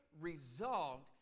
resolved